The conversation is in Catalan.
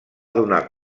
donar